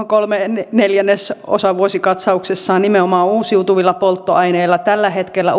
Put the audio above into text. kolme kautta neljä osavuosikatsauksessaan nimenomaan uusiutuvilla polttoaineilla tällä hetkellä